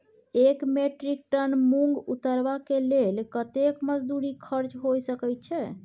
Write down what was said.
एक metric tonne मूंग उतरबा के लेल कतेक मजदूरी खर्च होय सकेत छै?